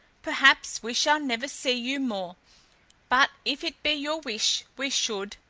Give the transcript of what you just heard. perhaps we shall never see you more but if it be your wish we should,